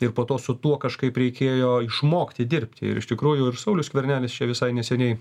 ir po to su tuo kažkaip reikėjo išmokti dirbti ir iš tikrųjų ir saulius skvernelis čia visai neseniai